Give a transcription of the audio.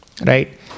Right